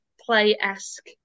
play-esque